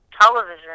television